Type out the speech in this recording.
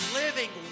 living